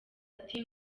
ati